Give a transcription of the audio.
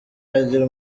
agira